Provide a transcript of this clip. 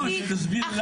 לא, שתסביר למה.